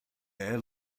air